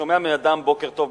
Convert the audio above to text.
ושומע מאדם בוקר טוב,